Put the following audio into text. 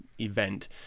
event